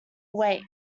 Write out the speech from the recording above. awake